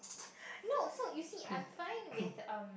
no so you see I'm fine with um